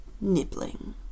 nibbling